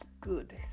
good